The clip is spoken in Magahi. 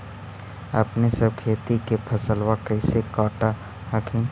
अपने सब खेती के फसलबा कैसे काट हखिन?